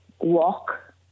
walk